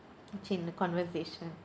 the conversation